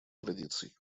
традиций